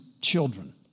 children